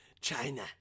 China